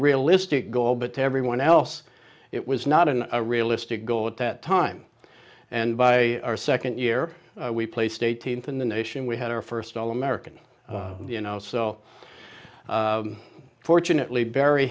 realistic goal but to everyone else it was not in a realistic goal at that time and by our second year we placed eighteenth in the nation we had our first all american you know so fortunately